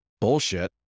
bullshit